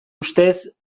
ustez